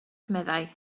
meddai